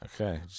Okay